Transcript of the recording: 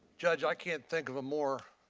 judge, i cannot think of a more